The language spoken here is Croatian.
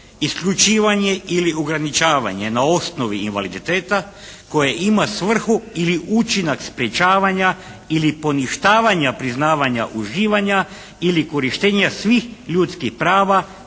isključivanje ili ograničavanje na osnovi invaliditeta koje ima svrhu ili učinak sprječavanja ili poništavanja priznavanja uživanja ili korištenja svih ljudskih prava,